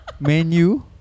Menu